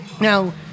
Now